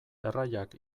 erraiak